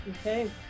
Okay